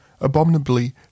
abominably